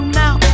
now